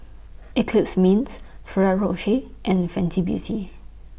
Eclipse Mints Ferrero Rocher and Fenty Beauty